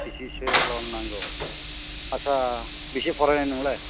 बेसेसो ल'न नांगौ आच्चा बेसे फरायनाय नोंलाय